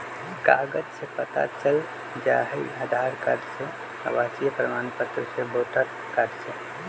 कागज से पता चल जाहई, आधार कार्ड से, आवासीय प्रमाण पत्र से, वोटर कार्ड से?